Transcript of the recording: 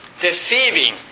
Deceiving